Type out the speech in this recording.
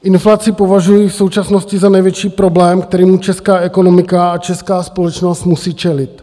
Inflaci považuji v současnosti za největší problém, kterému česká ekonomika a česká společnost musí čelit.